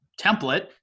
template